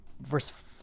Verse